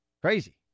Crazy